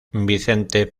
vicente